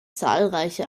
zahlreiche